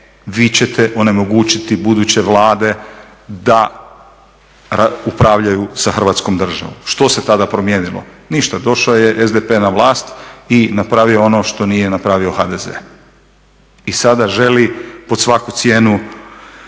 vi ćete onemogućiti buduće Vlade da upravljaju sa Hrvatskom državom. Što se tada promijenilo, ništa došao je SDP na vlast i napravio ono što nije napravio HDZ. I sada želi pod svaku cijenu